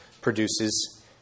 produces